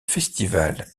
festival